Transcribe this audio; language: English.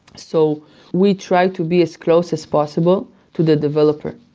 so we try to be as close as possible to the developer.